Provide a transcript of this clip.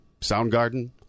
Soundgarden